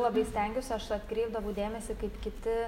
labai stengiausi aš atkreipdavau dėmesį kaip kiti